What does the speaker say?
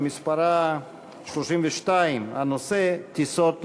שמספרה 32. הנושא: טיסות לגליל,